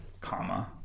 comma